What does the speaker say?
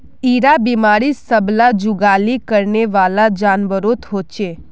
इरा बिमारी सब ला जुगाली करनेवाला जान्वारोत होचे